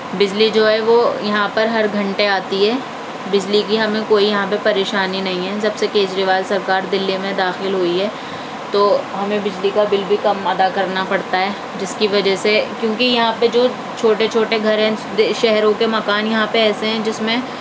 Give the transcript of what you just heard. بجلی جو ہے وہ یہاں پر ہر گھنٹے آتی ہے بجلی کی ہمیں کوئی یہاں پہ پریشانی نہیں ہے جب سے کیجریوال سرکار دلی میں داخل ہوئی ہے تو ہمیں بجلی کا بل بھی کم ادا کرنا پڑتا ہے جس کی وجہ سے کیونکہ یہاں پہ جو چھوٹے چھوٹے گھر ہیں شہروں کے مکان یہاں پہ ایسے ہیں جس میں